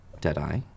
Deadeye